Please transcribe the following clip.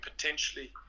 potentially